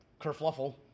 kerfluffle